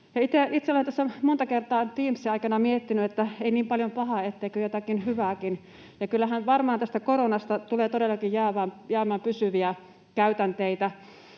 Itse olen tässä Teams-aikana monta kertaa miettinyt, että ei niin paljon pahaa, etteikö jotakin hyvääkin, ja kyllähän varmaan tästä koronasta tulee todellakin jäämään pysyviä käytänteitä.